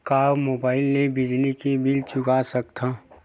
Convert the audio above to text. का मुबाइल ले बिजली के बिल चुका सकथव?